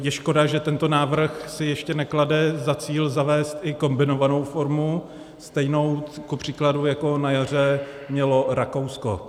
Je škoda, že tento návrh si ještě neklade za cíl zavést i kombinovanou formu, stejnou kupříkladu, jako na jaře mělo Rakousko.